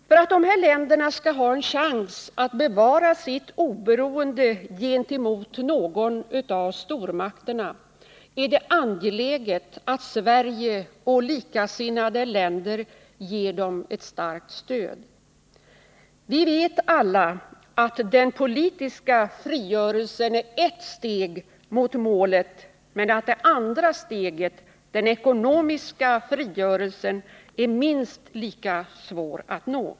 För att dessa länder skall ha en chans att bevara sitt oberoende gentemot någon av stormakterna är det angeläget att Sverige och likasinnade Nr 132 länder ger dem ett starkt stöd. Vi vet alla att den politiska frigörelsen är ett Tisdagen den steg mot målet men att det andra steget, den ekonomiska frigörelsen, är 29 april 1980 minst lika svårt att ta.